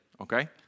okay